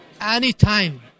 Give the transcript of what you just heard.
Anytime